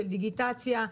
של דיגיטציה,